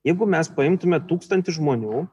jeigu mes paimtume tūkstantį žmonių